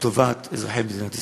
לטובת אזרחי מדינת ישראל.